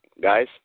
guys